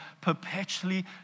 perpetually